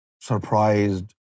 surprised